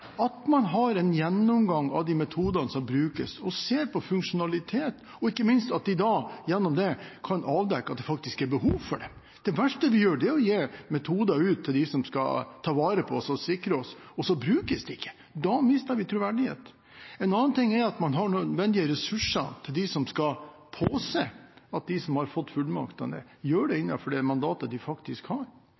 at man har en gjennomgang av de metodene som brukes, og ser på funksjonalitet, og ikke minst at en da, gjennom det, kan avdekke at det faktisk er behov for det. Det verste vi gjør, er å gi metoder til dem som skal ta vare på oss og sikre oss, og så brukes de ikke! Da mister vi troverdigheten. En annen ting er at man har nødvendige ressurser til dem som skal påse at de som har fått fullmaktene, gjør det innenfor det mandatet de faktisk har.